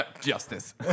Justice